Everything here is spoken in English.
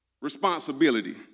responsibility